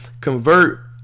convert